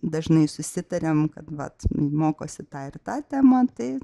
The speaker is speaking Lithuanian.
dažnai susitariam kad vat mokosi tą ir tą temą tai